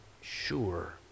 sure